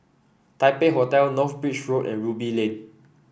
Taipei Hotel North Bridge Road and Ruby Lane